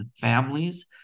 families